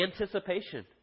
anticipation